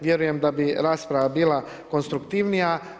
Vjerujem da bi rasprava bila konstruktivnija.